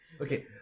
Okay